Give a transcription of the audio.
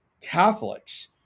Catholics